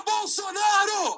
Bolsonaro